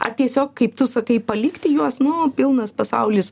ar tiesiog kaip tu sakai palikti juos nu pilnas pasaulis